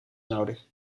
nodig